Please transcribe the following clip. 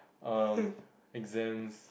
um exams